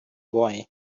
boy